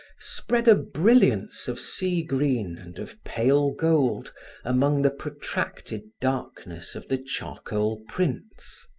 spread a brilliance of sea-green and of pale gold among the protracted darkness of the charcoal prints.